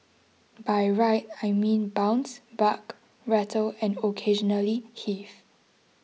by ride I mean bounce buck rattle and occasionally heave